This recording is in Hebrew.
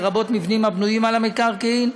לרבות מבנים הבנויים על המקרקעין,